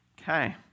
Okay